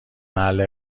محل